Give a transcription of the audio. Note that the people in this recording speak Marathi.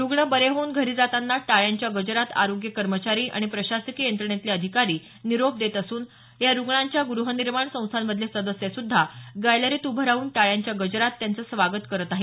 रुग्ण बरे होऊन घरी जातांना टाळ्यांच्या गजरात आरोग्य कर्मचारी आणि प्रशासकीय यंत्रणेतले अधिकारी निरोप देत असून या रुग्णांच्या ग्रहनिर्माण संस्थांमधले सदस्य सुद्धा गॅलरीत उभे राहून टाळ्यांच्या गजरातचं त्यांचं स्वागत करत आहेत